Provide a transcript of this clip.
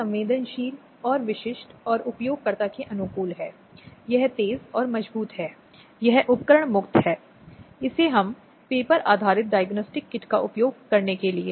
संदर्भ समय को देखें 0500 धारा 23 के तहत अंतरिम आदेश भी हो सकते हैं जो अदालत द्वारा दिया जा सकता है और अंतिम आदेश पारित होने से पहले